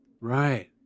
right